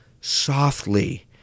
softly